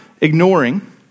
ignoring